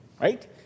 right